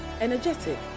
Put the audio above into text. energetic